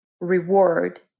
reward